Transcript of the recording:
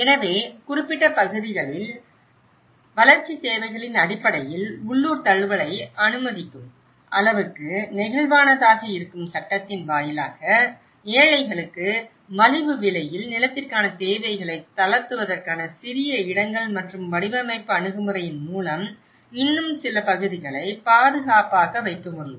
எனவே குறிப்பிட்ட பகுதிகளில் வளர்ச்சித் தேவைகளின் அடிப்படையில் உள்ளூர் தழுவலை அனுமதிக்கும் அளவுக்கு நெகிழ்வானதாக இருக்கும் சட்டத்தின் வாயிலாக ஏழைகளுக்கு மலிவு விலையில் நிலத்திற்கான தேவைகளை தளர்த்துவதற்கான சிறிய இடங்கள் மற்றும் வடிவமைப்பு அணுகுமுறையின் மூலம் இன்னும் சில பகுதிகளை பாதுகாப்பாக வைக்க முடியும்